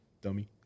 Dummy